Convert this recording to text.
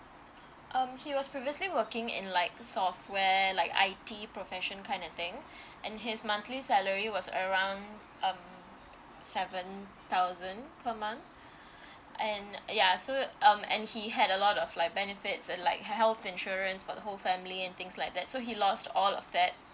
um he was previously working in like software like I_T profession kind of thing and his monthly salary was around um seven thousand per month and ya so um and he had a lot of like benefits like health insurance for the whole family and things like that so he lost all of that